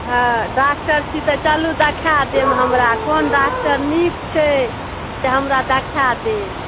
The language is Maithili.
हँ डाक्टर छी तऽ चलू दखाए देब हमरा कोन डाक्टर नीक छै से हमरा दखाए दे